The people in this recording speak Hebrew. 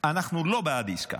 אנחנו לא בעד עסקה.